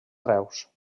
reus